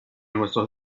nuestro